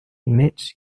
admits